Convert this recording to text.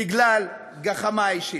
בגלל גחמה אישית.